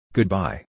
Goodbye